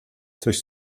coś